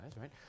right